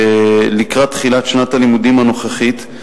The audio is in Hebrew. לקראת תחילת שנת הלימודים הנוכחית.